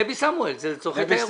נבי סמואל זה לצרכי תיירות.